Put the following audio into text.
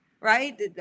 Right